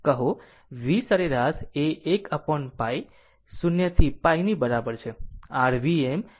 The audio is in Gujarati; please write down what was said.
કહો V સરેરાશ એ 1 upon π 0 to π ની બરાબર છે